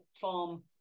farm